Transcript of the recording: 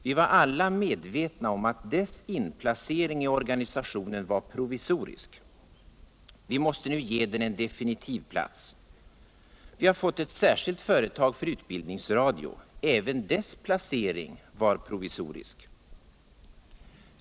Vi var alla medvetna om att dess inplacering i organisationen var provisorisk. Vi måste nu pe den en definitiv plats. Vi har fått ett särskilt företag för utbildningsradio. Även dess placering var provisorisk.